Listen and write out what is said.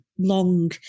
long